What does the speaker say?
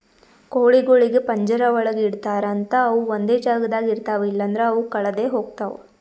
ಕೋಳಿಗೊಳಿಗ್ ಪಂಜರ ಒಳಗ್ ಇಡ್ತಾರ್ ಅಂತ ಅವು ಒಂದೆ ಜಾಗದಾಗ ಇರ್ತಾವ ಇಲ್ಲಂದ್ರ ಅವು ಕಳದೆ ಹೋಗ್ತಾವ